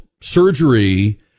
surgery